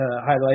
highlight